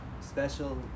special